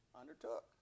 undertook